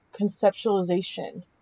conceptualization